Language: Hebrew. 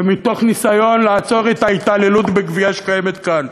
ומתוך ניסיון לעצור את ההתעללות בגווייה שקיימת כאן.